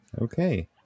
Okay